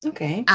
Okay